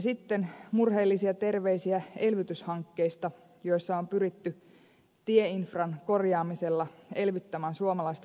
sitten murheellisia terveisiä elvytyshankkeista joissa on pyritty tieinfran korjaamisella elvyttämään suomalaista työllisyyttä